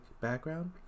background